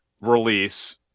release